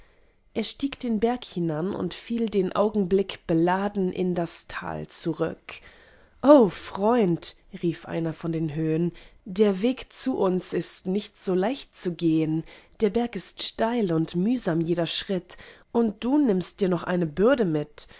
er stieg den berg hinan und fiel den augenblick beladen in das tal zurück o freund rief einer von den höhen der weg zu uns ist nicht so leicht zu gehen der berg ist steil und mühsam jeder schritt und du nimmst dir noch eine bürde mit